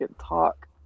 talk